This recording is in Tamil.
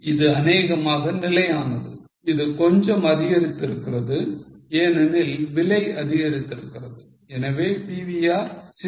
இது அனேகமாக நிலையானது இது கொஞ்சமாக அதிகரித்து இருக்கிறது ஏனெனில் விலை அதிகரித்திருக்கிறது எனவே PVR 0